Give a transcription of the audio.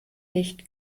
nicht